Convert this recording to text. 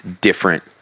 different